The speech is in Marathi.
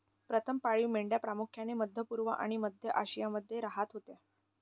प्रथम पाळीव मेंढ्या प्रामुख्याने मध्य पूर्व आणि मध्य आशियामध्ये राहत होत्या